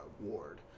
ward